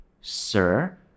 Sir